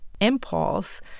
impulse